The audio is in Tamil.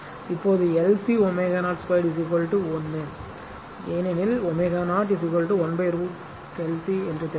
இப்போது LC ω0 2 1 ஏனெனில் ω0 1 √LC தெரியும்